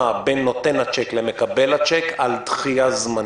בין נותן הצ'ק למקבל הצ'ק על דחייה זמנית.